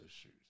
issues